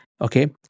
Okay